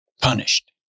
punished